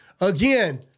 Again